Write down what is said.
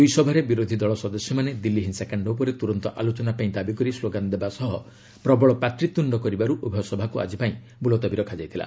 ଦୁଇ ସଭାରେ ବିରୋଧୀ ଦଳ ସଦସ୍ୟମାନେ ଦିଲ୍ଲୀ ହିଂସାକାଣ୍ଡ ଉପରେ ତୁରନ୍ତ ଆଲୋଚନା ପାଇଁ ଦାବି କରି ସ୍କୋଗାନ ଦେବା ସହ ପ୍ରବଳ ପାଟିତ୍ରୁଣ୍ଡ କରିବାରୁ ଉଭୟ ସଭାକୁ ଆକି ପାଇଁ ମୁଲତବି ରଖାଯାଇଥିଲା